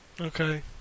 Okay